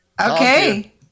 Okay